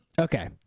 Okay